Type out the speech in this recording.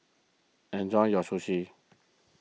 enjoy your Sushi